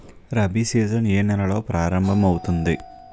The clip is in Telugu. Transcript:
రబి సీజన్ ఏ నెలలో ప్రారంభమౌతుంది?